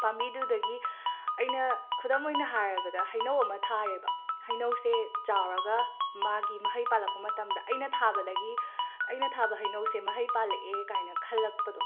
ꯄꯥꯝꯕꯤꯗꯨꯗꯒꯤ ꯑꯩꯅ ꯈꯨꯗꯝ ꯑꯣꯏꯅ ꯍꯥꯏꯔꯕꯗ ꯍꯩꯅꯧ ꯑꯃ ꯊꯥꯔꯦꯕ ꯍꯩꯅꯧꯁꯦ ꯆꯥꯎꯔꯒ ꯃꯥꯒꯤ ꯃꯍꯩ ꯄꯥꯜꯂꯛꯄ ꯃꯇꯝꯗ ꯑꯩꯅ ꯊꯥꯕꯗꯒꯤ ꯑꯩꯅ ꯊꯥꯕ ꯍꯩꯅꯧꯁꯦ ꯃꯍꯩ ꯄꯥꯜꯂꯛꯑꯦ ꯀꯥꯏꯅ ꯈꯜꯂꯛꯄꯗꯣ